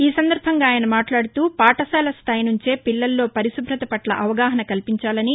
ఈ సందర్బంగా ఆయన మాట్లాడుతూపాఠశాల స్థాయి నుంచే పిల్లల్లో పరిశుభత పట్ల అవగాహన కల్పించాలని